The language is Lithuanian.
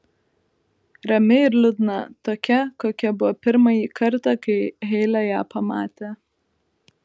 rami ir liūdna tokia kokia buvo pirmąjį kartą kai heile ją pamatė